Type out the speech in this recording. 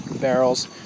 barrels